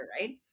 right